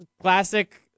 Classic